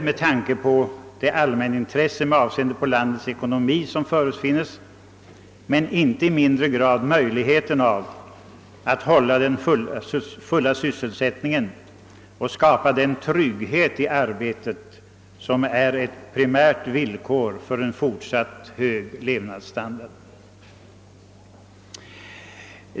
Det har ett allmänintresse både med tanke på landets ekonomi och med tanke på angelägenheten av att upprätthålla full sysselsättning och att skapa den trygghet i arbetet som är ett primärt villkor för en fortsatt hög levnadsstandard.